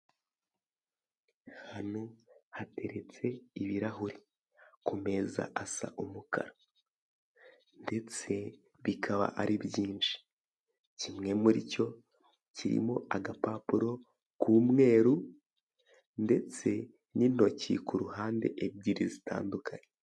Hano hateretse ibirahuri, ku meza asa umukara ndetse bikaba ari byinshi. Kimwe muri cyo, kirimo agapapuro k'umweru ndetse n'intoki ku ruhande ebyiri zitandukanye.